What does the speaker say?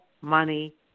money